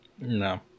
No